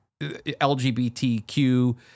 LGBTQ